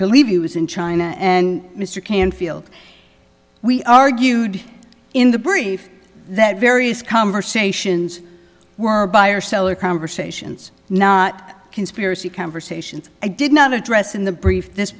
believe it was in china and mr canfield we argued in the brief that various conversations were buyer seller conversations not conspiracy conversations i did not address in the brief this